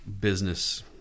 business